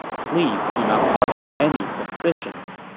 please do not harbor any suspicions.